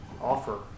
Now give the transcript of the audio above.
offer